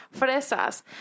fresas